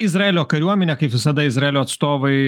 izraelio kariuomenė kaip visada izraelio atstovai